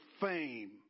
fame